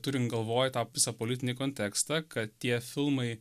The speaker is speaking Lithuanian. turint galvoj tą visą politinį kontekstą kad tie filmai